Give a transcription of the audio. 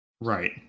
Right